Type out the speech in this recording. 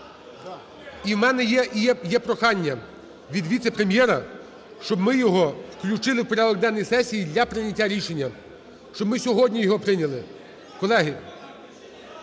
І у мене є прохання від віце-прем'єра, щоб ми його включили в порядок денний сесії для прийняття рішення, щоб ми сьогодні його прийняли.